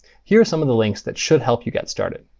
here are some of the links that should help you get started.